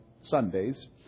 Sundays